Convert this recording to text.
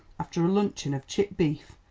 after a luncheon of chipped beef,